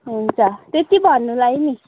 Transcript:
हुन्छ त्यति भन्नुलाई नि